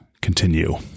continue